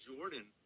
Jordan